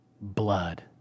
blood